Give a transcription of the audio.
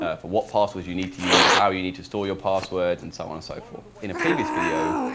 ah for what passwords you need to use, how you need to store your passwords, and so on and so forth. in a previous video,